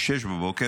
ב-06:00,